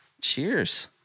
Cheers